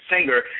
singer